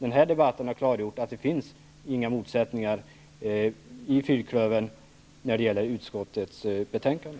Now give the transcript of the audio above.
Den här debatten har klargjort att det inte finns några motsättningar inom fyrklövern när det gäller utskottets betänkande.